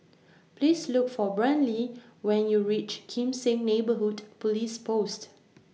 Please Look For Brynlee when YOU REACH Kim Seng Neighbourhood Police Post